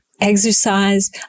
Exercise